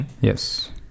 yes